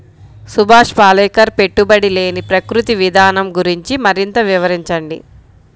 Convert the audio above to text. సుభాష్ పాలేకర్ పెట్టుబడి లేని ప్రకృతి విధానం గురించి మరింత వివరించండి